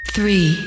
Three